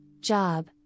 job